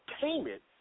payment